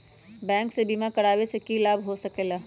Bank से बिमा करावे से की लाभ होई सकेला?